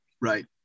Right